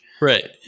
Right